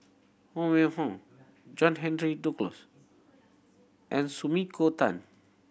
Huang Wenhong John Henry Duclos and Sumiko Tan